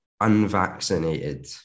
unvaccinated